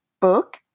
book